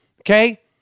okay